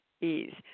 ease